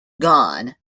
gone